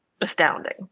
astounding